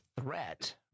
threat